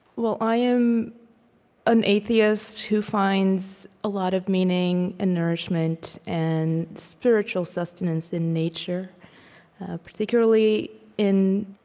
well, i am an atheist who finds a lot of meaning and nourishment and spiritual sustenance in nature particularly in,